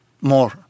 more